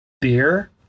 Beer